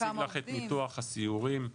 כמה עובדים?